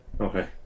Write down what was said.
okay